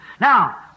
Now